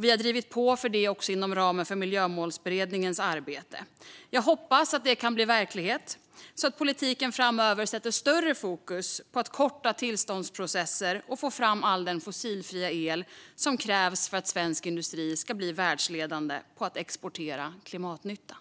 Vi har drivit på för detta också inom ramen för Miljömålsberedningens arbete. Jag hoppas att det kan bli verklighet, så att politiken framöver sätter större fokus på att korta tillståndsprocesser och få fram all den fossilfria el som krävs för att svensk industri ska bli världsledande på att exportera klimatnytta.